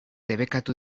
debekatu